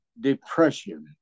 depression